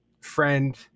Friend